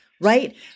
Right